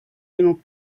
genug